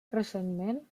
recentment